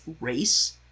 race